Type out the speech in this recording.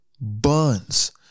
buns